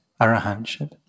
arahantship